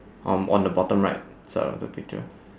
um on the bottom right side of the picture